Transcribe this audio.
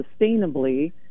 sustainably